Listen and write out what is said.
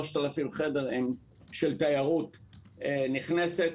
3,000 חדרים הם של תיירות נכנסת.